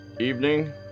evening